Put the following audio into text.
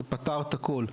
זה פתר את הכול.